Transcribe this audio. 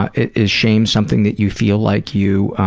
ah is shame something that you feel like you.